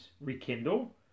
rekindle